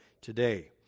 today